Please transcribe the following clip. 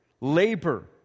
labor